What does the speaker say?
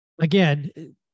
Again